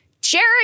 Jared